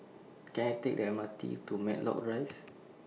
Can I Take The M R T to Matlock Rise